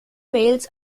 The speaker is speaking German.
mails